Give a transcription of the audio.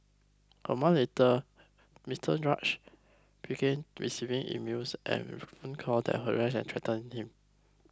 a month later Mister began receiving emails and phone calls that harassed and threatened him